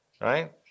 right